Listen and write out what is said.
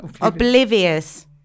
Oblivious